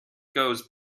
goes